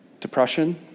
depression